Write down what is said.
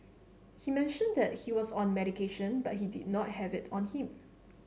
he mentioned that he was on medication but he did not have it on him